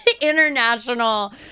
international